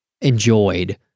enjoyed